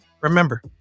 remember